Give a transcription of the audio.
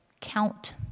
count